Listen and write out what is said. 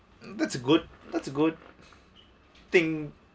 that's a good that's a good thing